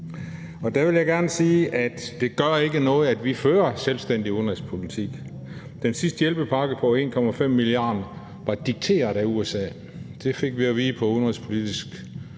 Der vil jeg gerne sige, at det ikke gør noget, at vi fører selvstændig udenrigspolitik. Den sidste hjælpepakke på 1,5 mia. kr. var dikteret af USA. Det fik vi at vide af udenrigsministeren